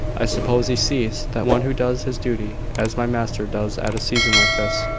i suppose he sees that one who does his duty as my master does at a season like this,